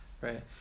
right